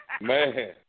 Man